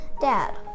dad